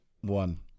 one